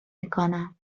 میکنم